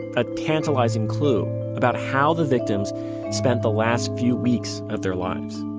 a tantalizing clue about how the victims spent the last few weeks of their lives